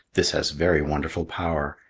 this has very wonderful power.